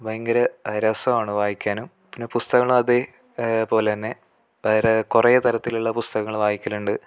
ഭയങ്കര രസമാണ് വായിക്കാനും പിന്നെ പുസ്തകങ്ങളും അതെ പോലെതന്നെ വേറെ കുറേ താരത്തിലുള്ള പുസ്തകങ്ങൾ വായിക്കലുണ്ട്